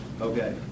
Okay